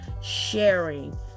sharing